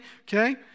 Okay